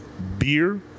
beer